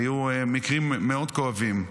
היו מקרים כואבים מאוד,